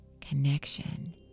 Connection